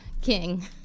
king